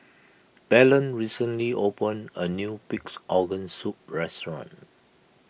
Belen recently opened a new Pig's Organ Soup restaurant